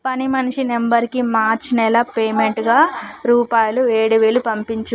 పనిమనిషి నెంబర్కి మార్చి నెల పేమెంటుగా రూపాయలు ఏడువేలు పంపించు